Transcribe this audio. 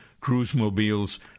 Cruisemobile's